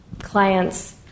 Clients